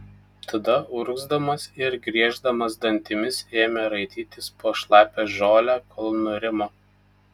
tada urgzdamas ir grieždamas dantimis ėmė raitytis po šlapią žolę kol nurimo